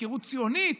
הפקרות ציונית,